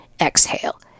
exhale